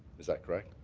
is that correct?